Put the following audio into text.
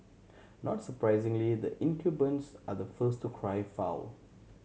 not surprisingly the incumbents are the first to cry foul